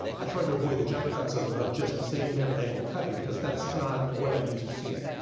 i try to avoid the jump cuts, of of just the same camera angle cutting, cause that's not what i'm used to seeing.